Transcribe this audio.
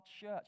church